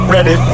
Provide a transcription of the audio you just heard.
Ready